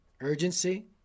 urgency